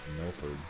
Milford